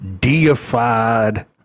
Deified